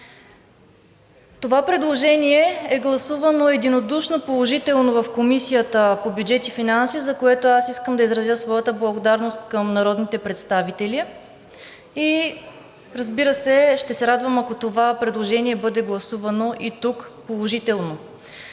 Това предложение е гласувано единодушно положително в Комисията по бюджет и финанси, за което искам да изразя своята благодарност към народните представители. Разбира се, ще се радвам, ако това предложение бъде гласувано и тук положително.